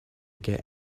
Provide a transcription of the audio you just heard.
get